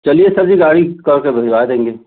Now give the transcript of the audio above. चलिए सर जी गाड़ी कर के भिजवा देंगे